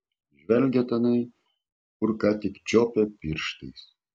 žvelgė tenai kur ką tik čiuopė pirštais